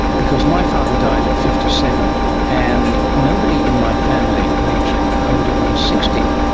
because my father died at fifty seven, and nobody in my family reached older than sixty.